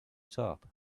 top